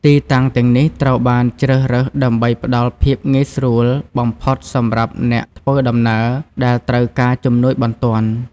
ទីតាំងទាំងនេះត្រូវបានជ្រើសរើសដើម្បីផ្តល់ភាពងាយស្រួលបំផុតសម្រាប់អ្នកធ្វើដំណើរដែលត្រូវការជំនួយបន្ទាន់។